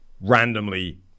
randomly